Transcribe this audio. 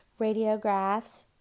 radiographs